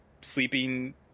sleeping